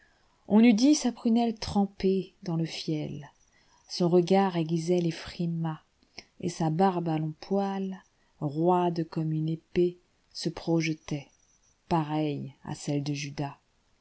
on eût dit sa prunelle trempéedans le fiel son regard aiguisait les frimas t sa barbe à longs poils roide comme une épée se projetait pareille à celle de judas